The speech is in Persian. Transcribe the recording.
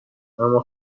اما